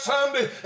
Sunday